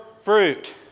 fruit